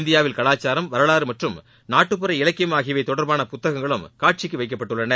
இந்தியாவின் கலாச்சாரம் வரலாறு மற்றும் நாட்டுப்புற இலக்கியம் ஆகியவை தொட்பான புத்தகங்களும் காட்சிக்கு வைக்கப்பட்டுள்ளன